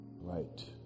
Right